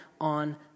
on